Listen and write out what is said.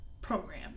program